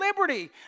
liberty